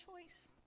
choice